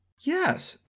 Yes